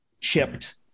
chipped